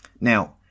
Now